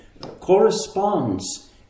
corresponds